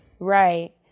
Right